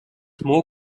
more